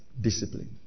discipline